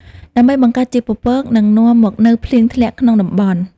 ដើម្បីបង្កើតជាពពក និងនាំមកនូវភ្លៀងធ្លាក់ក្នុងតំបន់។